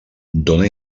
dóna